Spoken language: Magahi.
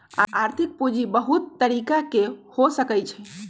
आर्थिक पूजी बहुत तरिका के हो सकइ छइ